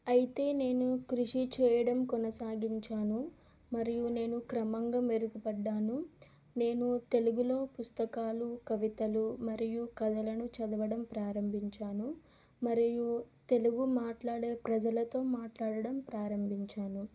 అయితే నేను కృషి చేయడం కొనసాగించాను మరియు నేను క్రమంగా మెరుగుపడ్డాను నేను తెలుగులో పుస్తకాలు కవితలు మరియు కథలను చదవడం ప్రారంభించాను మరియు తెలుగు మాట్లాడే ప్రజలతో మాట్లాడడం ప్రారంభించాను